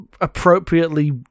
appropriately